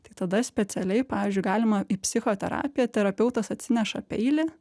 tai tada specialiai pavyzdžiui galima į psichoterapiją terapeutas atsineša peilį